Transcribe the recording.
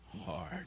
hard